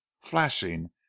flashing